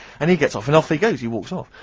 and he gets off and off he goes, he walks off.